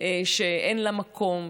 שאין לה מקום,